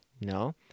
No